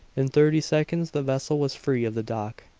in thirty seconds the vessel was free of the dock.